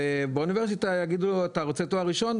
ובאוניברסיטה יגידו אתה רוצה תואר ראשון?